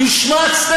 המחנה הציוני, השמצתם?